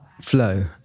flow